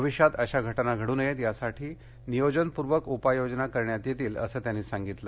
भविष्यात अशा घटना घडू नयेत यासाठी नियोजनपूर्वक उपाययोजना करण्यात येतील असं त्यानी सांगितलं